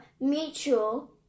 mutual